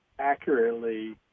accurately